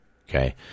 Okay